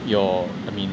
your I mean